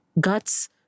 guts